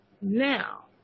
Now